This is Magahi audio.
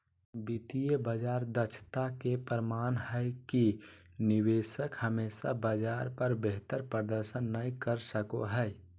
वित्तीय बाजार दक्षता के प्रमाण हय कि निवेशक हमेशा बाजार पर बेहतर प्रदर्शन नय कर सको हय